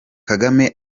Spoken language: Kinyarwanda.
kagame